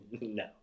no